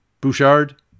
Bouchard